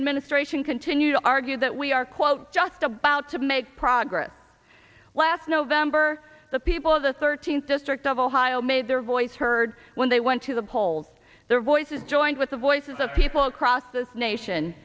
administration continue to argue that we are quote just about to make progress last november the people of the thirteenth district of ohio made their voice heard when they went to the polls their voices joined with the voices of people across this nation